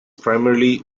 primarily